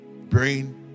brain